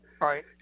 Right